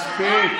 מספיק.